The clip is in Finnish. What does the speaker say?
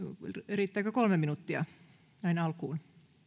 riittääkö kolme minuuttia näin alkuun